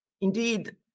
indeed